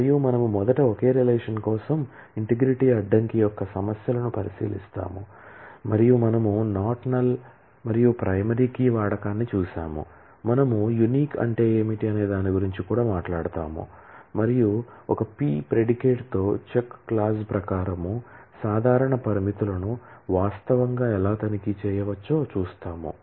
మరియు మనము మొదట ఒకే రిలేషన్ కోసం ఇంటిగ్రిటీ అడ్డంకి యొక్క సమస్యలను పరిశీలిస్తాము మరియు మనము నాట్ నల్ ప్రకారం సాధారణ పరిమితులను వాస్తవంగా ఎలా తనిఖీ చేయవచ్చో చూస్తాము